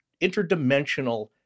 interdimensional